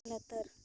ᱞᱟᱛᱟᱨ